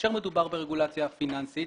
כאשר מדובר ברגולציה פיננסית,